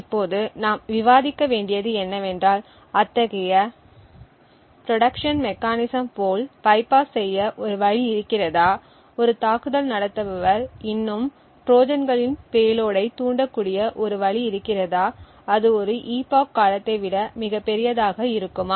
இப்போது நாம் விவாதிக்க வேண்டியது என்னவென்றால் அத்தகைய ப்ரொடெக்ஷன் மெக்கானிசம் போல் பைபாஸ் செய்ய ஒரு வழி இருக்கிறதா ஒரு தாக்குதல் நடத்துபவர் இன்னும் ட்ரோஜான்களின் பேலோடைத் தூண்டக்கூடிய ஒரு வழி இருக்கிறதா அது ஒரு epoch காலத்தை விட மிகப் பெரியதாக இருக்குமா